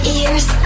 ears